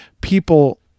people